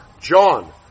John